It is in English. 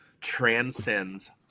transcends